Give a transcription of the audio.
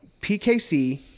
PKC